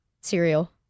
Cereal